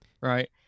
right